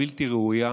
הבלתי-ראויה,